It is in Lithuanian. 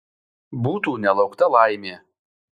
būtų nelaukta laimė